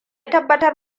tabbatar